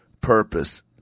purpose